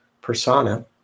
persona